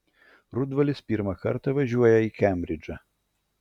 rudvalis pirmą kartą važiuoja į kembridžą